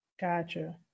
Gotcha